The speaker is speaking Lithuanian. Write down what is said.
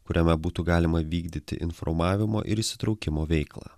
kuriame būtų galima vykdyti informavimo ir įsitraukimo veiklą